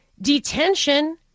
detention